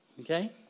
okay